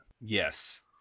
Yes